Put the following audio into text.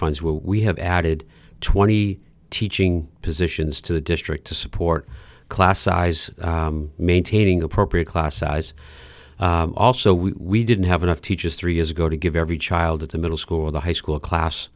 funds where we have added twenty teaching positions to the district to support class size maintaining appropriate class size also we didn't have enough teachers three years ago to give every child at the middle school or the high school class